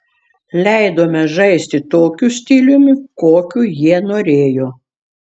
leidome žaisti tokiu stiliumi kokiu jie norėjo